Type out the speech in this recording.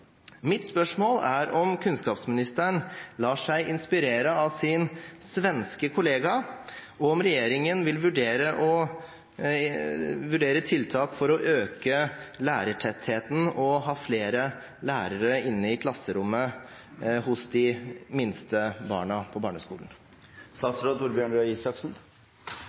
Mitt spørsmål er om kunnskapsministeren lar seg inspirere av sin svenske kollega, og om regjeringen vil vurdere tiltak for å øke lærertettheten og ha flere lærere inne i klasserommet hos de minste barna på barneskolen.